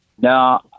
No